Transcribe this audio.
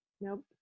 Nope